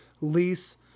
lease